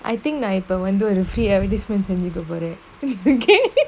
I think நா இப்ப வந்து ஒரு:na ippa vanthu oru free advertisements செஞ்சிக போர:senjika pora okay